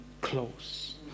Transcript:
close